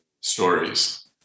stories